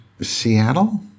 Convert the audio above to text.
Seattle